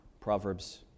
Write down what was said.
Proverbs